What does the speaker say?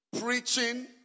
preaching